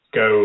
go